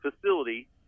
facility